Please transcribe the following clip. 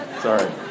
Sorry